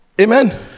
amen